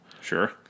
sure